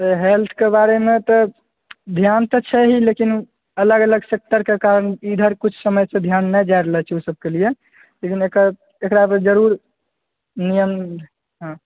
हेल्थके बारेमे तऽ ध्यान तऽ छै लेकिन अलग अलग सेक्टरके काम इधर कुछ समय से ध्यान नहि जा रहलो छै ओहि सब लिए लेकिन एकरा पर जरूर नियम हँ